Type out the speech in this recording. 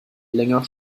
länger